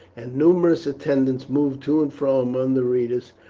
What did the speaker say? and numerous attendants moved to and fro among the readers,